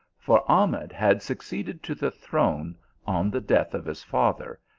for ah med had succeeded to the throne on the death of his father,